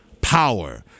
power